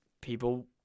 people